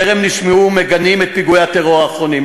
טרם נשמעו מגנים את פיגועי הטרור האחרונים.